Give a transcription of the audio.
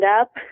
up